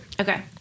Okay